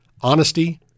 honesty